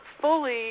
fully